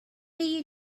you